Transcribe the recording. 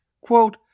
Quote